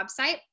website